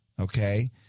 okay